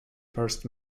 first